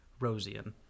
Rosian